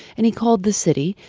and he called the city.